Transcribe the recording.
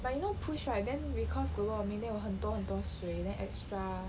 but you know push right then because global warming then 有很多很多水 then extra